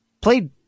played